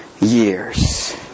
years